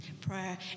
prayer